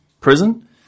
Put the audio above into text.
prison